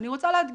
אני רוצה להדגיש,